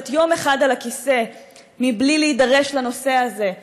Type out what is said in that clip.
יום אחד על הכיסא בלי להידרש לנושא הזה,